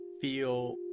feel